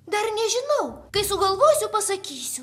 dar nežinau kai sugalvosiu pasakysiu